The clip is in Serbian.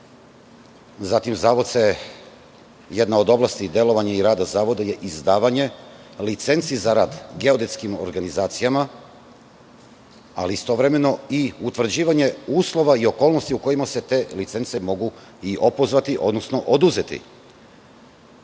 rade. Jedna od oblasti rada i delovanja Zavoda je izdavanje licenci za rad geodetskim organizacijama, ali istovremeno i utvrđivanje uslova i okolnosti u kojima se te licence mogu i opozvati, odnosno oduzeti,